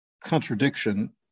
contradiction